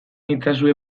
itzazue